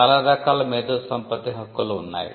చాలా రకాల మేధో సంపత్తి హక్కులు ఉన్నాయి